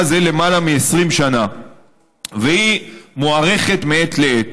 זה למעלה מ-20 שנים והיא מוארכת מעת לעת.